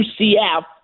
UCF